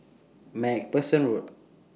MacPherson Road